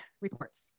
reports